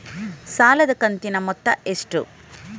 ಸಾಲದ ಕಂತಿನ ಮೊತ್ತ ಎಷ್ಟು?